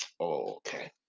Okay